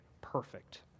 perfect